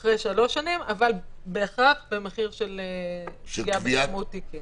אבל בכל הכבוד לתקנות,